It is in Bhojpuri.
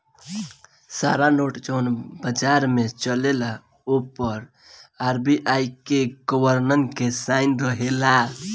सारा नोट जवन बाजार में चलेला ओ पर आर.बी.आई के गवर्नर के साइन रहेला